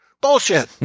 Bullshit